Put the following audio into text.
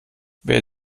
wer